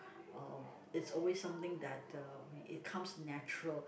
um it's always something that uh we it comes natural